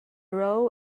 raw